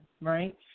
right